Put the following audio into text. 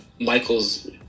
Michael's